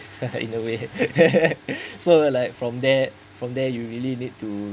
in a way so like from there from there you really need to